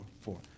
four